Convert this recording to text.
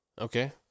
Okay